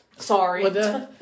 sorry